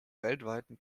weltweiten